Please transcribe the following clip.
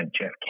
Jeff